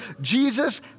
Jesus